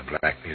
Black